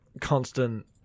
constant